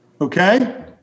Okay